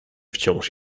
wciąż